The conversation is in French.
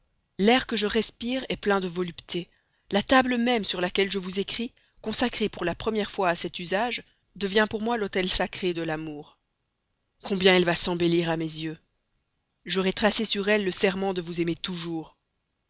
l'air que je respire est brûlant de volupté la table même sur laquelle je vous écris consacrée pour la première fois à cet usage devient pour moi l'autel sacré de l'amour combien elle va s'embellir à mes yeux j'aurai tracé sur elle le serment de vous aimer toujours